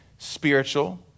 Spiritual